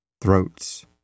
throats